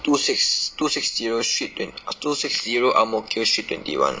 two six two six zero street twent~ two six zero ang mo kio street twenty one